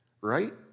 right